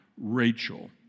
Rachel